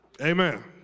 amen